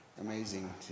amazing